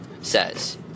says